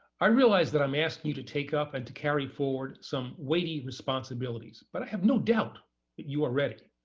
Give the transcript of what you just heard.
i realize that i'm asking you to take up and to carry forward some weighty responsibilities, but i have no doubt that you are ready.